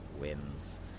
wins